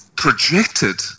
projected